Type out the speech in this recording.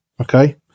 Okay